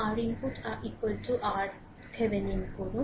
R input RThevenin করুন